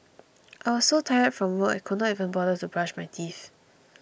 I was so tired from work I could not even bother to brush my teeth